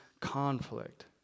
conflict